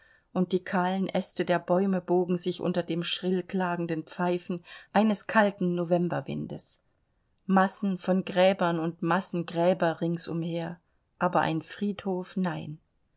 und die kahlen aste der bäume bogen sich unter dem schrill klagenden pfeifen eines kalten novemberwindes massen von gräbern und massengräber rings umher aber ein friedhof nein